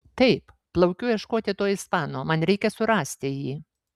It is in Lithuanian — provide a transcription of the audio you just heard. taip plaukiu ieškoti to ispano man reikia surasti jį